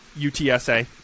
UTSA